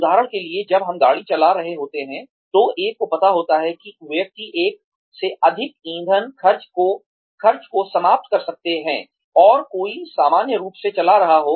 उदाहरण के लिए जब हम गाड़ी चला रहे होते हैं तो एक को पता होता है कि व्यक्ति एक से अधिक ईंधन खर्च को समाप्त कर सकता है अगर कोई सामान्य रूप से चला रहा हो